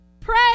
pray